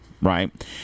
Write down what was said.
right